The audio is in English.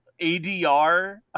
ADR